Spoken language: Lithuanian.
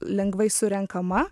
lengvai surenkama